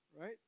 Right